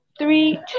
three